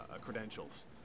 credentials